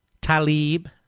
Talib